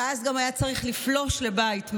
ואז גם היה צריך לפלוש לבית,